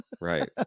Right